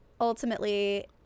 ultimately